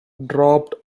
dropped